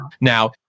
Now